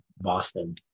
Boston